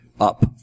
up